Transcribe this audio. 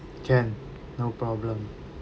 can no problem